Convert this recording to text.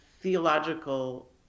theological